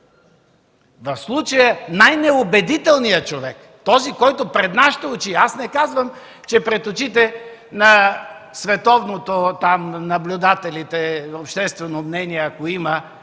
В случая е най-неубедителният човек – този, който пред нашите очи – аз не казвам, че пред очите на световните наблюдатели на обществено мнение, ако има,